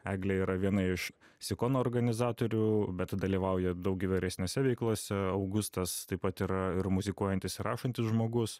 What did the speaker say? eglė yra viena iš sikono organizatorių bet dalyvauja daug įvairesnėse veiklose augustas taip pat yra ir muzikuojantis ir rašantis žmogus